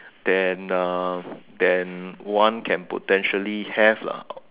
then uh then one can potentially have lah